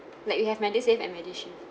like we have medisave and medishield